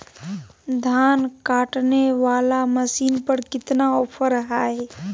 धान काटने वाला मसीन पर कितना ऑफर हाय?